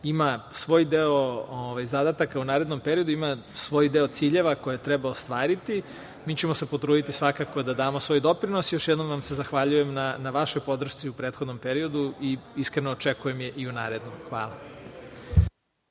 ima svoj deo zadataka u narednom periodu, ima svoj deo ciljeva koje treba ostvariti. Mi ćemo se potruditi svakako da damo svoj doprinos. Još jednom vam se zahvaljujem na vašoj podršci u prethodnom periodu i iskreno očekujem je i u narednom. Hvala.